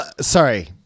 sorry